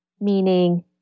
meaning